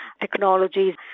technologies